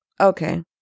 okay